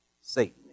Satan